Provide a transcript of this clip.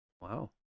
Wow